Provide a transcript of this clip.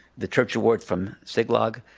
the church award from siglog.